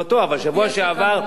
לפי התקנון זו לא חובה.